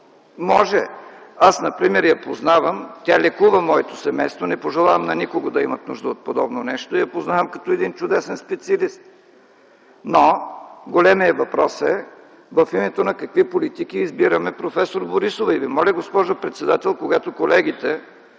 може. Аз например я познавам, тя лекува моето семейство, не пожелавам на никого да има нужда от подобно нещо. Познавам я като чудесен специалист. Големият въпрос е в името на какви политики избираме проф. Борисова. И Ви моля, госпожо председател, когато колегите